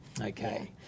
Okay